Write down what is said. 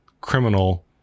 criminal